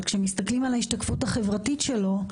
אבל כשמסתכלים על ההשתקפות החברתית שלו,